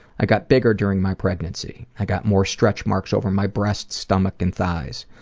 i got bigger during my pregnancy. i got more stretch marks over my breasts, stomach and thighs.